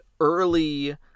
early